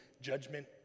judgment